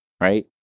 right